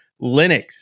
Linux